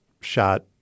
shot